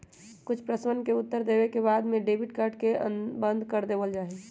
कुछ प्रश्नवन के उत्तर देवे के बाद में डेबिट कार्ड के बंद कर देवल जाहई